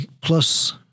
plus